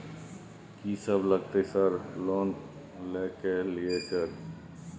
कि सब लगतै सर लोन ले के लिए सर?